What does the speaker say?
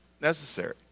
necessary